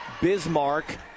Bismarck